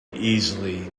easily